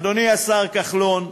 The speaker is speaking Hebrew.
אדוני השר כחלון,